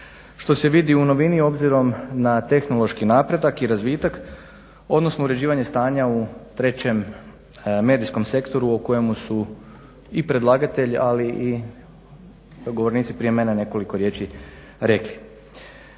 što se vidi u novini obzirom na tehnološki napredak i razvitak odnosno uređivanje stanja u trećem medijskom sektoru o kojemu su i predlagatelj, ali i govornici prije mene nekoliko riječi rekli.